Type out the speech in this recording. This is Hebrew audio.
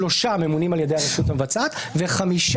שלושה ממונים על ידי הרשות המבצעת וחמישה